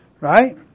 Right